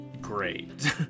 great